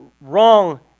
wrong